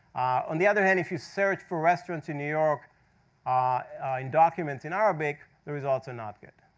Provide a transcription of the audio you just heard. on the other hand, if you search for restaurants in new york ah in documents in arabic, the results are not good.